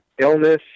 illness